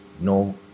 no